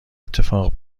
اتفاق